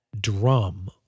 drum